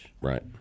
Right